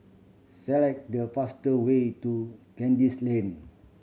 select the fast way to Kandis Lane